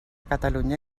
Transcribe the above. catalunya